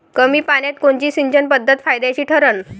कमी पान्यात कोनची सिंचन पद्धत फायद्याची ठरन?